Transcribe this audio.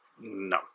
No